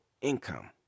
income